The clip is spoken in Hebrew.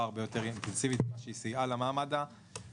הרבה יותר אינטנסיבית ממה שהיא סייעה למעמד הגבוה.